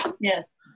Yes